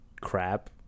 crap